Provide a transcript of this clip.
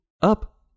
Up